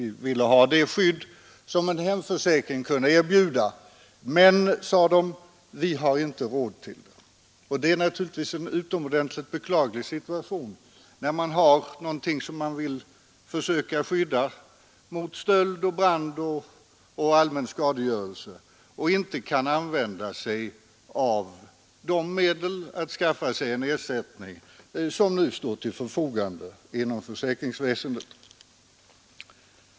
De ville ha det skydd som en hemförsäkring kunde erbjuda, men, sade de, vi har inte råd till det. Det är naturligtvis en utomordentligt beklaglig situation när man har egendom som man vill försöka skydda mot stöld, brand och allmän skadegörelse och inte kan använda sig av till buds stående medel.